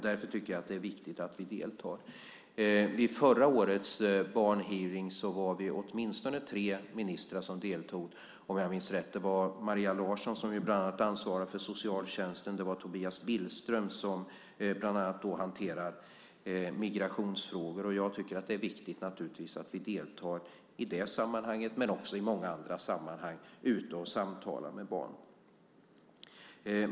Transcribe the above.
Därför tycker jag att det är viktigt att vi deltar. Vid förra årets barnhearing var vi åtminstone tre ministrar som deltog, om jag minns rätt. Det var Maria Larsson, som bland annat ansvarar för socialtjänsten, och det var Tobias Billström, som bland annat hanterar migrationsfrågor. Jag tycker naturligtvis att det är viktigt att vi deltar i det sammanhanget och är ute och samtalar med barn också i många andra sammanhang.